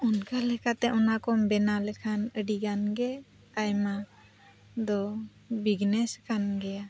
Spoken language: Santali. ᱚᱱᱠᱟ ᱞᱮᱠᱟᱛᱮ ᱚᱱᱟᱠᱚᱢ ᱵᱮᱱᱟᱣ ᱞᱮᱠᱷᱟᱱ ᱟᱹᱰᱤᱜᱟᱱᱼᱜᱮ ᱟᱭᱢᱟ ᱫᱚ ᱵᱤᱡᱽᱱᱮᱥ ᱠᱟᱱ ᱜᱮᱭᱟ